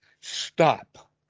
stop